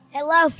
Hello